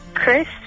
Chris